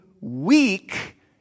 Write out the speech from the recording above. weak